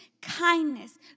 kindness